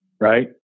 right